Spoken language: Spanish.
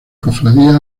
cofradías